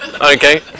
Okay